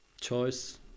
choice